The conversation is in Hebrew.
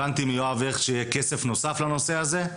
הבנתי מיואב שיש כסף נוסף לנושא הזה?